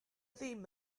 ddim